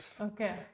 okay